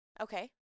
Okay